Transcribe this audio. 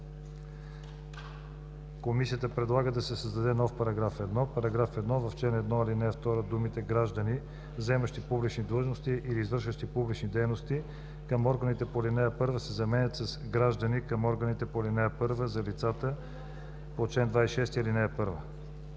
Комисията предлага да се създаде нов § 1: „§ 1. В чл. 1, ал. 2 думите „граждани, заемащи публични длъжности или извършващи публични дейности, към органите по ал. 1“ се заменят с „граждани към органите по ал. 1 за лицата по чл. 26, ал.